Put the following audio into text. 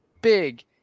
big